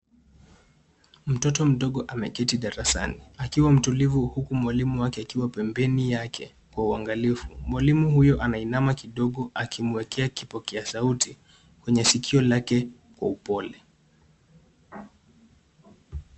Mtoto mdogo ameketi darasani akiwa mtulivu huku mwalimu wake akiwa pembeni yake kwa uangalifu. Mwalimu huyu anainama kidogo akimwekea kipokea sauti kwenye sikio lake kwa upole.